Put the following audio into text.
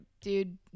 dude